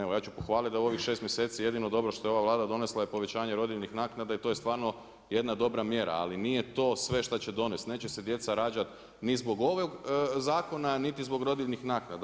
Evo ja ću pohvaliti da u ovih 6 mjeseci jedino dobro što je ova Vlada donesla je povećanje rodiljnih naknada i to je stvarno jedna dobra mjera, ali nije to sve što će donest, neće se djeca rađati ni zbog ovog zakona niti zbog rodiljnih naknada.